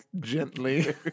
gently